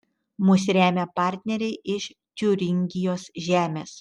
mus remia partneriai iš tiuringijos žemės